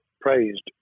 praised